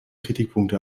kritikpunkte